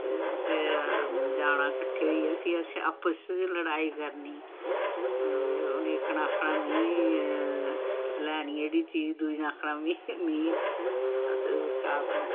ते उत्थै जाना कट्ठे होइयै फ्ही असें आपू चें केह् लड़ाई करनी इक ने आखना मीं लैनी एकड़ी चीज दुई ने आखना मीं